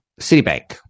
Citibank